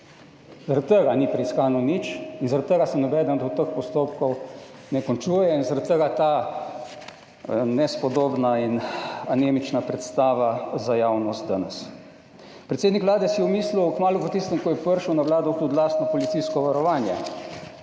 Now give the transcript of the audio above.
Zaradi tega ni preiskano nič in zaradi tega se nobeden od teh postopkov ne končuje in zaradi tega ta nespodobna in anemična predstava za javnost danes. Predsednik Vlade si je omislil kmalu po tistem, ko je prišel na Vlado, tudi lastno policijsko varovanje.